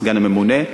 סגן הממונה,